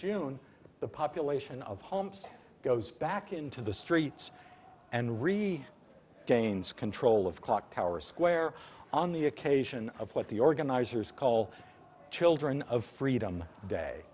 june the population of homs goes back into the streets and re gains control of clocktower square on the occasion of what the organizers call children of freedom day